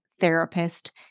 therapist